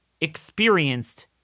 experienced